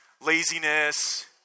laziness